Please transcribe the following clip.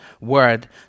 word